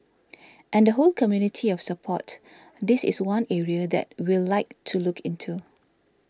and the whole community of support this is one area that we'll like to look into